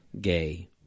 gay